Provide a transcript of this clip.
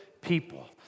people